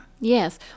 Yes